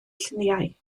lluniau